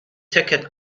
ticket